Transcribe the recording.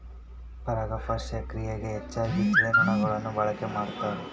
ಪರಾಗಸ್ಪರ್ಶ ಕ್ರಿಯೆಗೆ ಹೆಚ್ಚಾಗಿ ಜೇನುನೊಣಗಳನ್ನ ಬಳಕೆ ಮಾಡ್ತಾರ